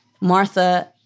Martha